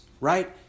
right